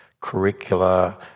curricula